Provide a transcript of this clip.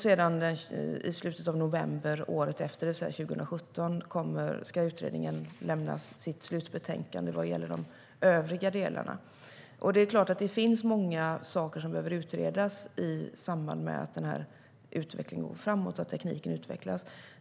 I slutet av november 2017 ska sedan utredningen lämna sitt slutbetänkande i de övriga delarna. Det finns många saker som behöver utredas i samband med att teknikutvecklingen går framåt.